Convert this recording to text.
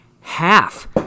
half